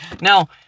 Now